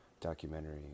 documentary